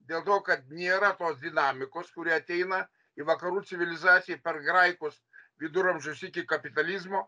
dėl to kad nėra tos dinamikos kuri ateina į vakarų civilizaciją per graikus viduramžius iki kapitalizmo